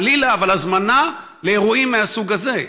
חלילה, אבל הזמנה, לאירועים מהסוג הזה.